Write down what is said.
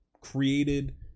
created